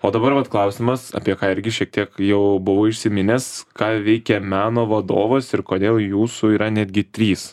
o dabar vat klausimas apie ką irgi šiek tiek jau buvai užsiminęs ką veikia meno vadovas ir kodėl jūsų yra netgi trys